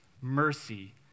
Mercy